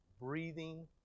breathing